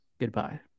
Goodbye